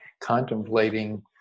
contemplating